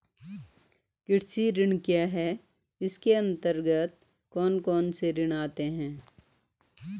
कृषि ऋण क्या है इसके अन्तर्गत कौन कौनसे ऋण आते हैं?